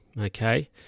okay